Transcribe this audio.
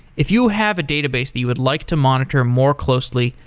if you have a database that you would like to monitor more closely,